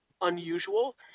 unusual